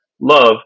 love